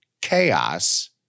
chaos